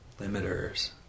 limiters